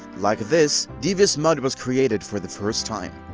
like this, deviousmud was created for the first time.